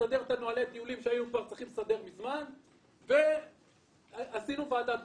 לסדר את נהלי הטיולים מה שהיה צריך לסדר מזמן וככה עשינו ועדת בדיקה.